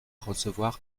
recevoir